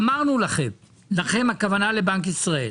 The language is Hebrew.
אמרנו לכם, לבנק ישראל,